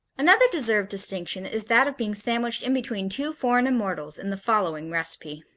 another deserved distinction is that of being sandwiched in between two foreign immortals in the following recipe